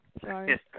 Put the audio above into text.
Sorry